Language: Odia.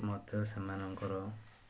ମଧ୍ୟ ସେମାନଙ୍କର